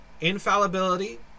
infallibility